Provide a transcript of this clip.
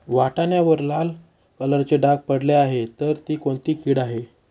वाटाण्यावर लाल कलरचे डाग पडले आहे तर ती कोणती कीड आहे?